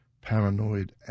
Paranoid